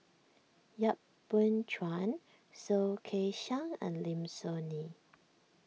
Yap Boon Chuan Soh Kay Siang and Lim Soo Ngee